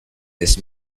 this